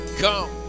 come